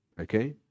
okay